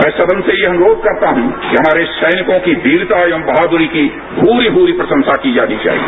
मैं सदन से यह अनुरोध करता हूं कि हमारे सैनिकों की वीरता एवं बहादुरी की भूरी भूरी प्रशंसा की जानी चाहिए